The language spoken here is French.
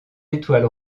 étoile